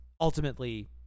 ultimately